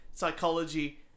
Psychology